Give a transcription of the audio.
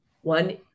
one